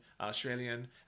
Australian